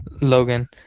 Logan